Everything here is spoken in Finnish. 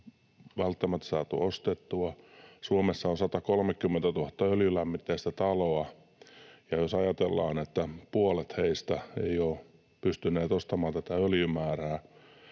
välttämättä saatu ostettua. Suomessa on 130 000 öljylämmitteistä taloa, ja jos ajatellaan, että puolet ei ole pystynyt ostamaan tätä öljymäärää,